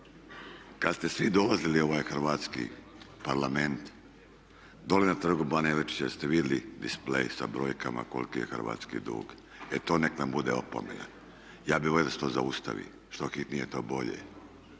kad ste svi dolazili u ovaj Hrvatski parlament dolje na trgu bana Jelačića ste vidjeli displej sa brojkama koliki je hrvatski dug. E to nek nam bude opomena. Ja bih volio da se to zaustavi što hitnije to bolje